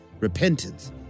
Repentance